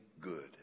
good